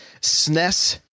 SNES